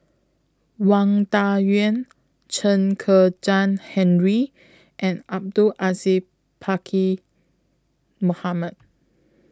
Wang Dayuan Chen Kezhan Henri and Abdul Aziz Pakkeer Mohamed